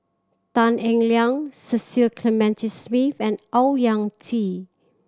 Tan Eng Liang Cecil Clementi Smith and Owyang Chi